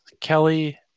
Kelly